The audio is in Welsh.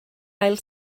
ail